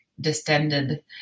Distended